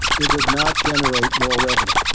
it would not generate more revenue.